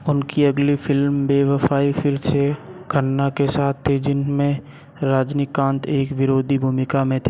उनकी अगली फिल्म बेवफ़ाई फिर से खन्ना के साथ थे जिनमें रजनीकांत एक विरोधी भूमिका में थे